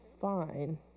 fine